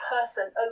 person